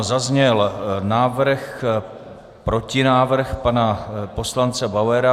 Zazněl návrh, protinávrh pana poslance Bauera.